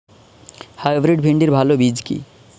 Hybrid ভিন্ডির ভালো বীজ কি?